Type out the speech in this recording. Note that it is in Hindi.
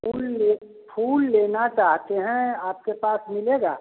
फूल ले फूल लेना चाहते हैं आपके पास मिलेगा